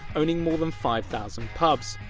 owning more than five thousand pubs.